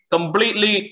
Completely